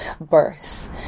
birth